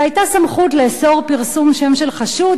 היתה סמכות לאסור פרסום שם של חשוד,